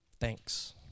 Thanks